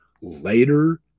later